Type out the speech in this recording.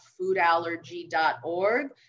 foodallergy.org